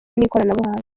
n’ikoranabuhanga